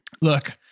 Look